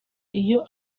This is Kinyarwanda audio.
iyo